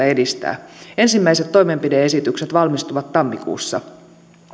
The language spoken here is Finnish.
edistää ensimmäiset toimenpide esitykset valmistuvat tammikuussa